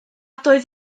doedd